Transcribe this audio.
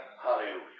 Hallelujah